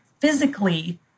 physically